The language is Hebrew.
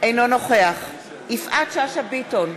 אינו נוכח יפעת שאשא ביטון,